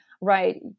right